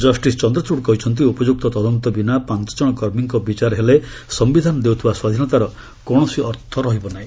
justice Chandrachud କହିଛନ୍ତି ଉପଯୁକ୍ତ ତଦନ୍ତ ବିନା ପାଞ୍ଚଜଣ କର୍ମୀଙ୍କ ବିଚାର ହେଲେ ସମ୍ବିଧାନ ଦେଉଥିବା ସ୍ୱାଧୀନତାର କୌଣସି ଅର୍ଥ ରହିବ ନାହିଁ